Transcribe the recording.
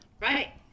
Right